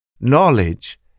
Knowledge